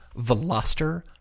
Veloster